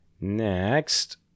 Next